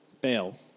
bail